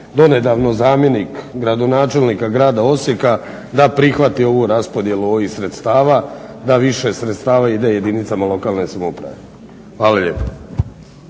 donedavno zamjenik gradonačelnika grada Osijeka, da prihvati ovu raspodjelu ovih sredstava da više sredstava ide jedinicama lokalne samouprave. Hvala lijepa.